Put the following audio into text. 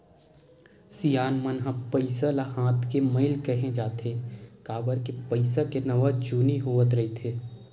सियान मन ह पइसा ल हाथ के मइल केहें जाथे, काबर के पइसा के नवा जुनी होवत रहिथे